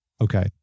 Okay